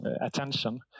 attention